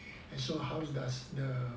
show how does the